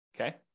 Okay